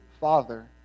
Father